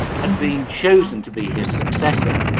had been chosen to be his successor